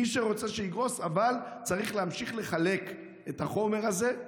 אבל צריך להמשיך לחלק את החומר הזה.